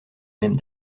même